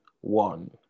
one